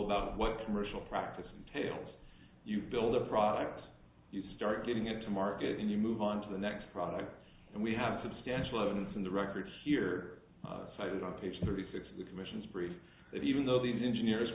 about what commercial practice entails you build a product you start getting it to market and you move on to the next product and we have substantial evidence in the record here cited on page thirty six which emissions prove that even though these engineers